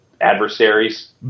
adversaries